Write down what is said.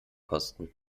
kosten